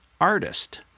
artist